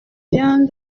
bien